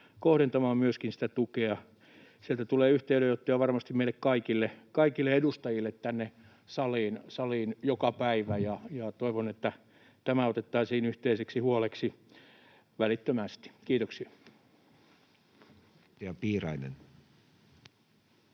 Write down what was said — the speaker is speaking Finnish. kohdentamaan myöskin sitä tukea. Sieltä tulee yhteydenottoja varmasti meille kaikille edustajille tänne saliin joka päivä, ja toivon, että tämä otettaisiin yhteiseksi huoleksi välittömästi. — Kiitoksia.